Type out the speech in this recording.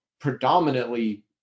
predominantly